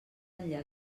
enllà